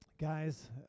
Guys